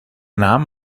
nahm